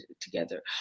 together